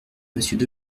monsieur